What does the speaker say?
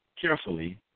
carefully